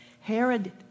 Herod